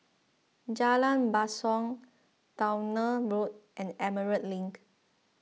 Jalan Basong Towner Road and Emerald Link